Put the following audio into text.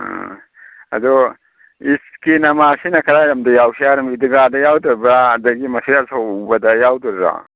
ꯑꯥ ꯑꯗꯨ ꯏꯗꯀꯤ ꯅꯥꯃꯥꯁꯤꯅ ꯀꯔꯥꯏꯔꯣꯝꯗ ꯌꯥꯎꯁꯤ ꯍꯥꯏꯔꯤꯃꯣ ꯏꯗꯤꯒꯥꯗ ꯌꯥꯎꯗꯣꯔꯤꯕ꯭ꯔꯥ ꯑꯗꯒꯤ ꯃꯁꯖꯤꯠ ꯑꯆꯧꯕꯗ ꯌꯥꯎꯗꯣꯏꯔꯣ